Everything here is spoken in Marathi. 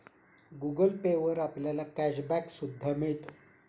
गुगल पे वर आपल्याला कॅश बॅक सुद्धा मिळतो